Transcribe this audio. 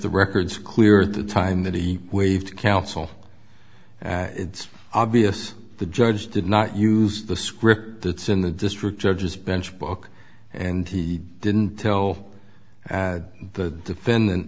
the records clear the time that he waived counsel it's obvious the judge did not use the script that's in the district judge's bench book and he didn't till the defendant